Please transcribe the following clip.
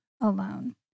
alone